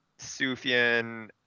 Sufian